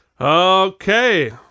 Okay